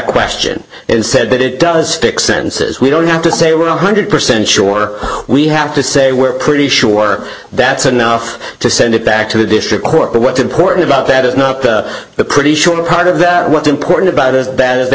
question and said that it does pick sentences we don't have to say we're one hundred percent sure we have to say we're pretty sure that's enough to send it back to the district court but what's important about that is not the pretty sure part of that what's important about as bad as they